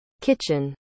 kitchen